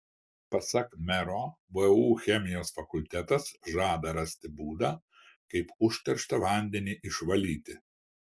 pasak mero vu chemijos fakultetas žada rasti būdą kaip užterštą vandenį išvalyti